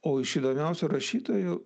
o iš įdomiausių rašytojų